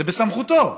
זה בסמכותו.